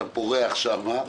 אתה פורח שם.